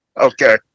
Okay